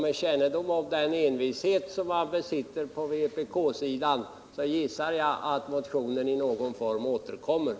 Med kännedom om den envishet som man besitter i vpk gissar jag att motionen återkommer i någon form.